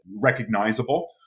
recognizable